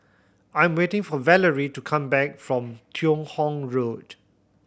I'm waiting for Valerie to come back from Teo Hong Road